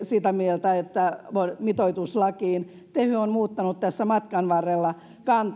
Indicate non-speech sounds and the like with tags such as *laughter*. *unintelligible* sitä mieltä että mitoitus lakiin tehy on muuttanut tässä matkan varrella